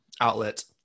outlet